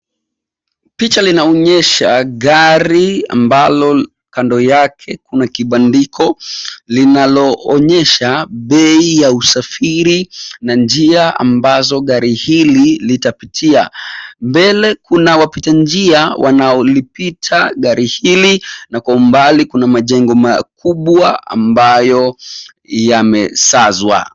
Picha linaonyesha gari ambalo kando yake kuna kibandiko linaloonyesha bei ya usafiri na njia ambazo gari hili litapitia. Mbele kuna wapitanjia wanaliopita gari hili na kwa umbali kuna majengo makubwa ambayo yamesazwa.